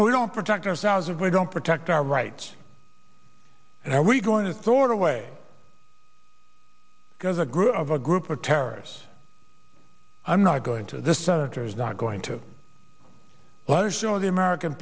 we don't protect ourselves if we don't protect our rights and are we going to throw it away because a group of a group of terrorists i'm not going to this senator is not going to let it show the american